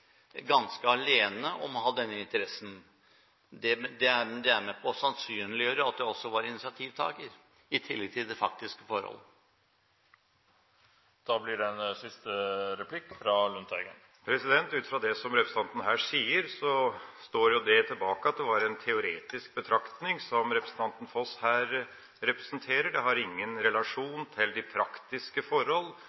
ganske alene om å ha denne interessen. Det er med på å sannsynliggjøre at selskapet også var initiativtaker, i tillegg til de faktiske forhold. Ut fra det som representanten her sier, står jo det tilbake at det var en teoretisk betraktning som representanten Foss her presenterer. Det har ingen